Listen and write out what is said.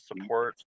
support